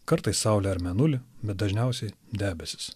kartais saulę ar mėnulį bet dažniausiai debesis